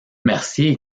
mercier